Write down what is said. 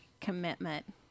commitment